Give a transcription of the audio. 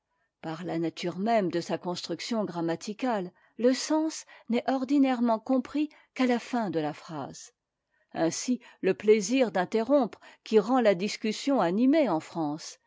par la nature même de sa construction grammaticale le sens n'est ordinairement compris qu'à la fin de la phrase ainsi le plaisir d'interrompre qui rend la discussion si animée en france